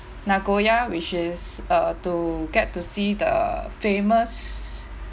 nagoya which is uh to get to see the famous